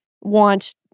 want